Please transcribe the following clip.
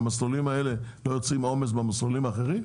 שהמסלולים האלה לא יוצרים עומס במסלולים האחרים?